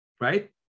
right